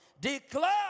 Declare